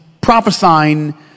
prophesying